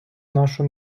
нашу